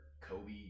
Kobe